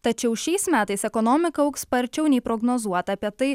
tačiau šiais metais ekonomika augs sparčiau nei prognozuota apie tai